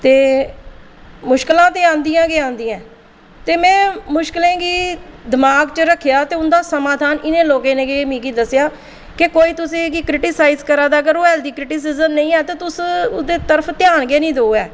ते मुशकलां ते आंदियां गै आंदियां चे में मुश्कलें गी दमाग च रखेआ ते उंदा समाधान इ'नें लोकें मिगी दस्सेआ के कोई तुसेंगी क्रिटीसाइज करा दा पर ओह् ते तोस ओह्दे पर ध्यान गै निं देओ ऐ